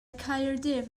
caerdydd